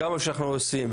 כמה שאנחנו עושים,